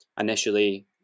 Initially